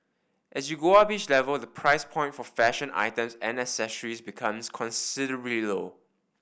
as you go up each level the price point for fashion items and accessories becomes low